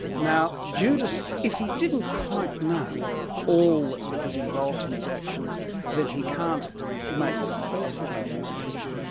now judas if he didn't quite know all that was involved in his actions then he can't make a full act of contrition.